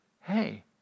hey